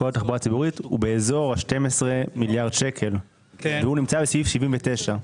הציבורית הוא באזור ה-12 מיליארד שקלים והוא נמצא בסעיף 79,